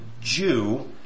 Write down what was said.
Jew